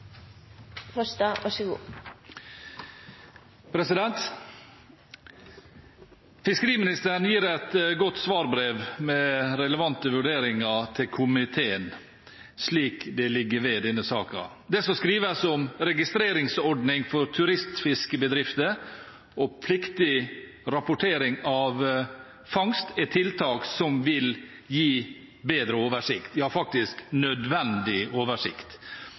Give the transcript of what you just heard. Fiskeriministeren gir et godt svarbrev med relevante vurderinger til komiteen, slik det ligger ved denne saken. Det som skrives om registreringsordning for turistfiskebedrifter og pliktig rapportering av fangst, er tiltak som vil gi bedre oversikt – ja faktisk nødvendig oversikt.